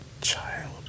Child